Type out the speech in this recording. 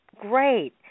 Great